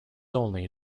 only